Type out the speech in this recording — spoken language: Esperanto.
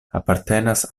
apartenas